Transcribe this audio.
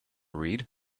read